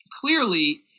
clearly